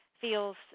feels